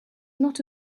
not